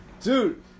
Dude